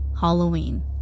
Halloween